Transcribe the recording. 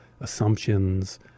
assumptions